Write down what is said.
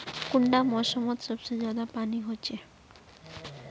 कुंडा मोसमोत सबसे ज्यादा पानी होचे?